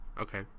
okay